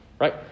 right